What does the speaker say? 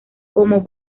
como